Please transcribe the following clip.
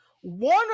one